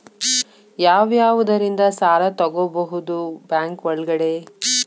ಯಾವ್ಯಾವುದರಿಂದ ಸಾಲ ತಗೋಬಹುದು ಬ್ಯಾಂಕ್ ಒಳಗಡೆ?